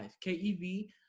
K-E-V